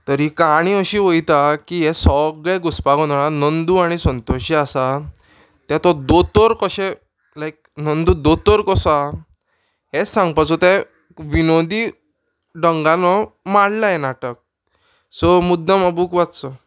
तरी काणी अशी वयता की हे सगळे घुसपा गोंदळान नंदू आनी संतोश जे आसा ते तो दोतोर कशें लायक नंदू दोतोर कसो आहा हें सांगपाचो तें विनोदी डंगान हो मांडलां हें नाटक सो मुद्दम हो बूक वाच्चो